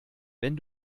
wenn